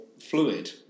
fluid